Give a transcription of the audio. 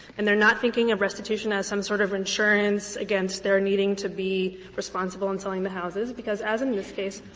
and they're not thinking of restitution as some sort of insurance against their needing to be responsible in selling the houses, because as in this case,